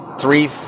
three